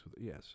yes